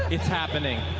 it's happening.